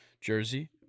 jersey